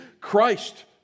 Christ